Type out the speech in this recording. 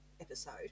episode